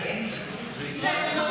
חבר